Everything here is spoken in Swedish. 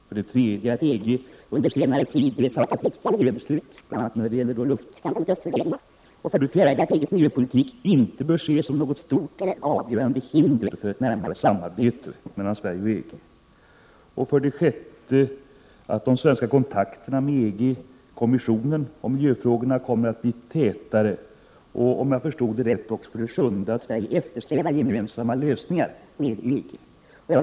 För det tredje sägs att EG under senare tid fattat viktiga miljöbeslut, bl.a. när det gäller kampen mot luftföroreningar. För det fjärde konstateras att EG:s miljöpolitik inte bör ses som något stort eller avgörande hinder för ett närmare samarbete mellan Sverige och EG. För det femte framhåller statsrådet Dahl att de svenska kontakterna med EG-kommissionen om miljöfrågorna kommer att bli tätare. För det sjätte säger Birgitta Dahl, om jag förstod rätt, att Sverige inom miljöområdet eftersträvar gemensamma lösningar med EG.